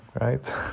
right